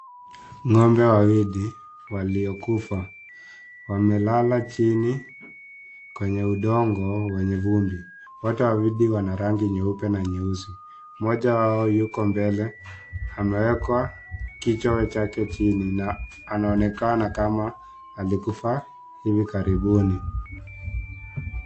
Ng'ombe wawili waliokufa, wamelala chini kwenye udongo wenye vumbi. Wote wawili wana rangi nyeupe na nyeusi, mmoja wao yuko mbele ameeka kichwa chake chini na anaonekana kama alikufa hivi karibuni.